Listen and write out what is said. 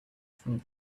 from